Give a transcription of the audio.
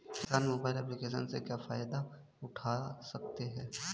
किसान mobile application से क्या फायदा उठा सकता है?